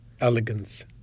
elegance